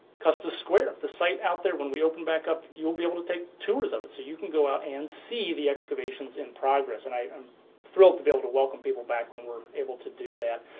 custis square, the site out there when we open back up, you will be able to take tours of it, so you can go out and see the excavations in progress. and i am thrilled to be able to welcome people back when we're able to do that.